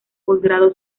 posgrado